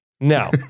no